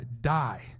die